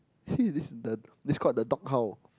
see this the this called the dog howl